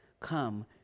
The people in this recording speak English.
come